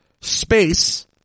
Space